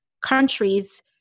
countries